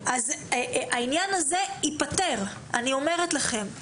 העניין הזה ייפתר, אני אומרת לכם.